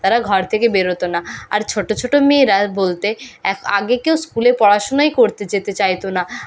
তারা ঘর থেকে বের হতো না আর ছোটো ছোটো মেয়েরা বলতে এখ আগে কেউ স্কুলে পড়াশোনাই করতে যেতে চাইতো না